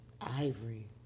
Ivory